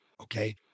okay